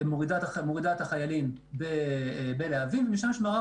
מורידה את החיילים בלהבים ומשם יש מערך